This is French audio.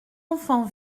enfant